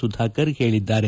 ಸುಧಾಕರ್ ಹೇಳಿದ್ದಾರೆ